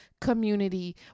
community